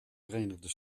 verenigde